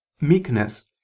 meekness